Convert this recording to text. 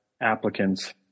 applicants